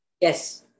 Yes